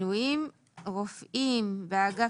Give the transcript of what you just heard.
יראו רופא באגף